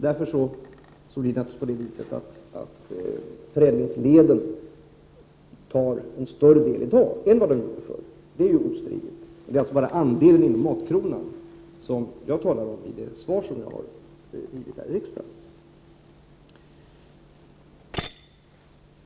Därför tar naturligtvis förädlingsleden en större del i dag än de gjorde förr. Det är ostridigt. Det är alltså bara andelen av matkronan som jag talar om i det svar som jag har avgivit här i riksdagen.